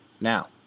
Now